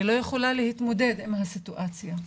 היא לא יכולה להתמודד עם הסיטואציה,